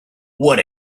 what